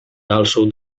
dalszą